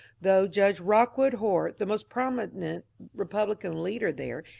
though judge rock wood hoar, the most prominent republican leader there,